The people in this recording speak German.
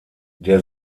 der